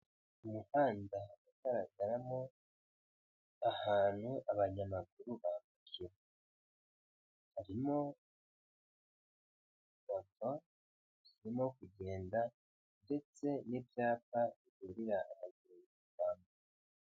Umuhanda ugaragaramo ahantu abanyamaguru bambukira. Harimo moto zirimo kugenda, ndetse n'ibyapa biburira abagenzi bambuka.